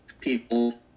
people